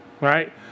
right